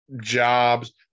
jobs